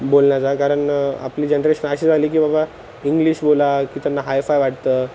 बोलण्याचा कारण आपली जनरेशन अशी झाली की बाबा इंग्लिश बोला की त्यांना हाय फाय वाटतं